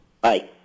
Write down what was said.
Bye